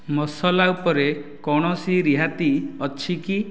ମସଲା ଉପରେ କୌଣସି ରିହାତି ଅଛି କି